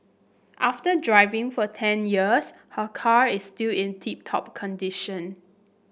after driving for ten years her car is still in tip top condition